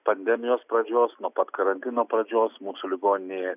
pandemijos pradžios nuo pat karantino pradžios mūsų ligoninėje